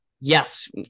Yes